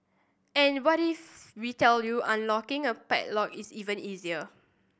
and what if we tell you unlocking a padlock is even easier